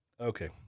Okay